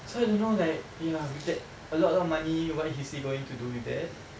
so I don't know like ya with that a lot of money what is he going to do with that